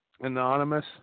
anonymous